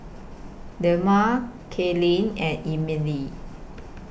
Delmar Kaylyn and Emelie